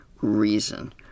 reason